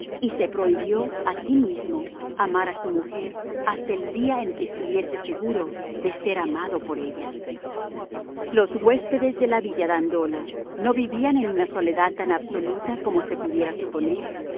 y se prohibió a sí mismo amar a su mujer hasta el día en que estuviese seguro de ser amado por ella los huéspedes de la villa dandolo no vivían en una soledad tan absoluta como se pudiera suponer